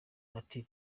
ati